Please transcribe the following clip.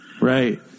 Right